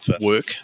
work